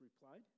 replied